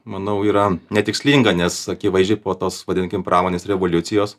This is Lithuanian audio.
manau yra netikslinga nes akivaizdžiai po tos vadinkim pramonės revoliucijos